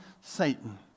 Satan